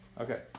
Okay